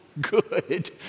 Good